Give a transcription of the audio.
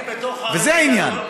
וזה העניין.